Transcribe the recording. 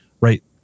right